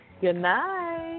Goodnight